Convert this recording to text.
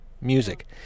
music